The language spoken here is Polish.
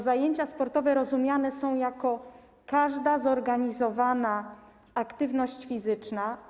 Zajęcia sportowe rozumiane są jako każda zorganizowania aktywność fizyczna.